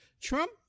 Trump